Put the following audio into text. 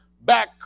back